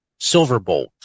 silverbolt